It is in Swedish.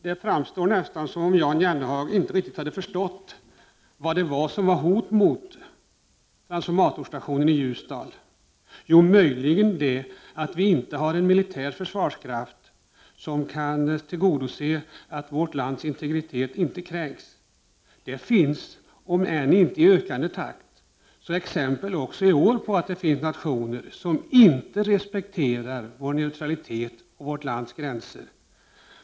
Det framstod nästan som om Jan Jennehag inte riktigt hade förstått vad det var som var ett hot mot transformatorstationen i Ljusdal — det är möjligen det att vi inte har en militär försvarskraft som kan tillgodose att vårt lands integritet inte kränks. Det finns, om än inte i ökande takt, exempel också i år på att det finns nationer som inte respekterar vår neutralitet och vårt lands gränser.